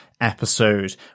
episode